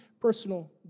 personal